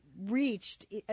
reached